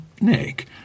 nick